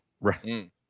Right